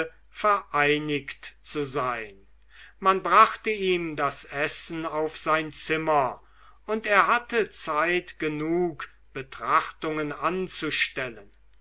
vereinigt zu sein man brachte ihm das essen auf sein zimmer und er hatte zeit genug betrachtungen anzustellen